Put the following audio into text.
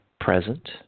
present